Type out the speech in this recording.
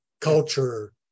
culture